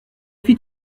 fit